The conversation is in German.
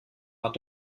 art